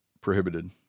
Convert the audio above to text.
prohibited